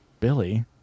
Billy